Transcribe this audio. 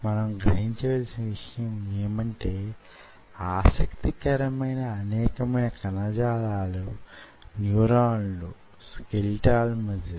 మరోలా చెప్పాలంటే యీ క్యాంటిలివర్ లు నేనిచ్చిన డైవింగ్ బోర్డు ఉదాహరణలో వంటివి